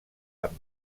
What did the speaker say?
amb